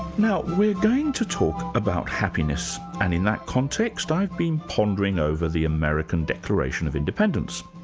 now we're going to talk about happiness, and in that context, i've been pondering over the american declaration of independence.